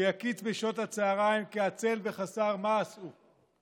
ויקיץ בשעות הצוהריים כי עצל וחסר מעש הוא,